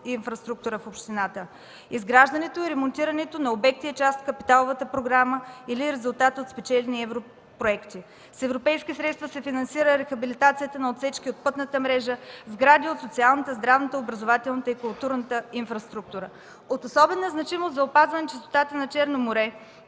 инфраструктура в общината. Изграждането и ремонтирането на обекти е част от капиталовата програма или резултат от спечелени европроекти. С европейски средства се финансира рехабилитацията на отсечки от пътната мрежа, сгради от социалната, здравната, образователната и културната инфраструктура. От особена значимост за опазване чистотата на Черно море,